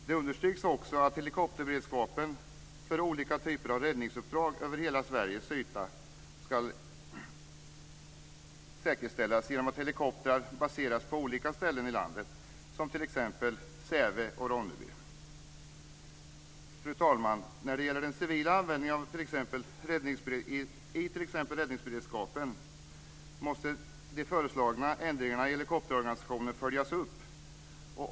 Det understryks också att helikopterberedskapen för olika typer av räddningsuppdrag över hela Sveriges yta ska säkerställas genom att helikoptrar baseras på olika ställen i landet som t.ex. Säve och Ronneby. Fru talman! När det gäller den civila användningen i t.ex. räddningsberedskapen måste de föreslagna ändringarna i helikopterorganisationen följas upp.